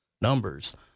numbers